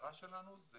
המטרה שלנו זה